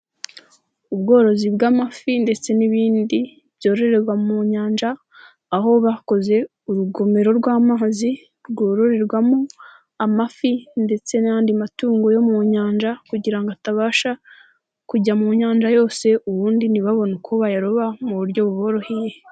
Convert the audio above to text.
Ubworozi bw'amafi ndetse n'ibindi byororerwa mu nyanja, aho bakoze urugomero rw'amazi rwororerwamo amafi ndetse n'andi matungo yo mu nyanja, kugira ngo atabasha kujya mu nyanja yose ubundi ntibabone uko bayaroba mu buryo buboroheye.